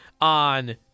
on